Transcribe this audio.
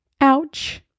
Ouch